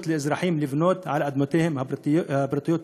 לאזרחים לבנות על אדמותיהם הפרטיות,